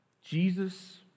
Jesus